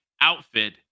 outfit